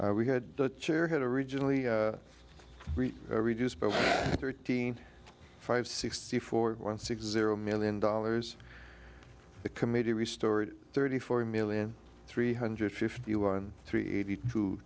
opposable we had the chair had originally reduced by thirteen five sixty four one six zero million dollars the committee restored thirty four million three hundred fifty one three eighty two